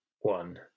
one